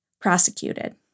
prosecuted